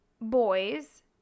boys